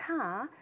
car